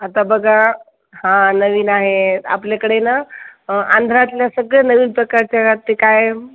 आता बघा हा नवीन आहे आपल्याकडे ना आंध्रातल्या सगळं नवीन प्रकारच्या राखते कायम